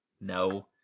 No